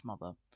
mother